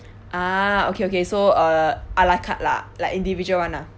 ah okay okay so uh ala carte lah like individual [one] lah